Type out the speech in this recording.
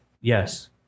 Yes